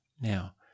now